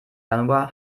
januar